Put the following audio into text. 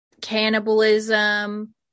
cannibalism